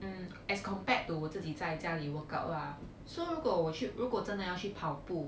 mm as compared to 我自己在家里 work out lah so 如果我去如果真的要去跑步